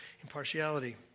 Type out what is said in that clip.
impartiality